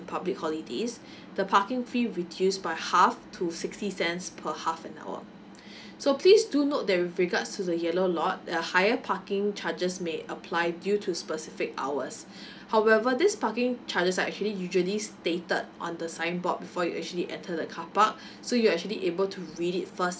and public holidays the parking fee reduce by half to sixty cents per half an hour so please do note that with regards to the yellow lot a higher parking charges may apply due to specific hours however this parking charges are actually usually stated on the signboard before you actually enter the carpark so you actually able to read it first